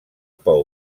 pou